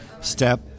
step